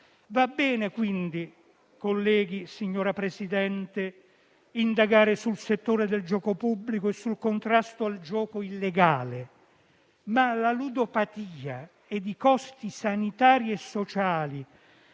Va bene quindi, colleghi, signora Presidente, indagare sul settore del gioco pubblico e sul contrasto al gioco illegale, ma la ludopatia ed i costi sanitari e sociali